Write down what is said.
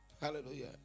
Hallelujah